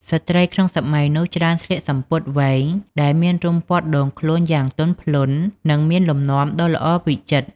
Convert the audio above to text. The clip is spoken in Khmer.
ស្ត្រីក្នុងសម័យនោះច្រើនស្លៀកសំពត់វែងដែលបានរុំព័ទ្ធដងខ្លួនយ៉ាងទន់ភ្លន់ និងមានលំនាំដ៏ល្អវិចិត្រ។